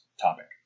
topic